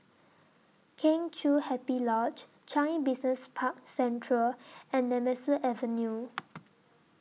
Kheng Chiu Happy Lodge Changi Business Park Central and Nemesu Avenue